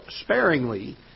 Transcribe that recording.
sparingly